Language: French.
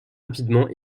rapidement